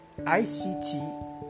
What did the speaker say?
ICT